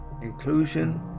Inclusion